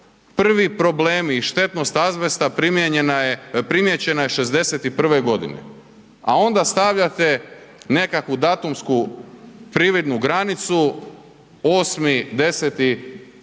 prvi problemi i štetnost azbesta primijećena je '61. godine, a onda stavljate nekakvu datumsku prividnu granicu 8.10.'91. godine.